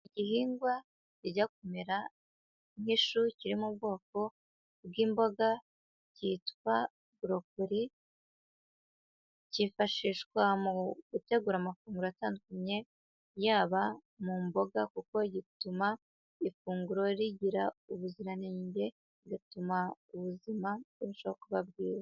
Igihingwa kijya kumera nk'ishu kiri mu bwoko bw'imboga kitwa burokori; cyifashishwa mu gutegura amafunguro atandukanye, yaba mu mboga kuko gituma ifunguro rigira ubuziranenge, bigatuma ubuzima burushaho kuba bwiza.